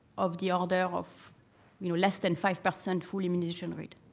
of the order of you know less than five percent full immunization rate.